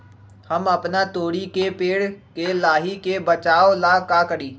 हम अपना तोरी के पेड़ के लाही से बचाव ला का करी?